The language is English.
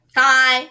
hi